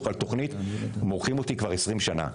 על תוכנית 'מורחים' אותי כבר 20 שנה.